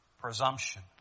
presumption